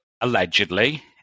allegedly